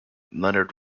leonard